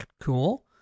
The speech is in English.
cool